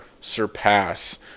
surpass